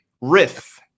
riff